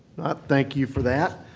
not, thank you for that.